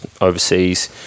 overseas